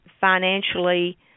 financially